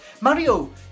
Mario